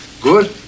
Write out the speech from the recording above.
Good